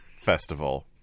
Festival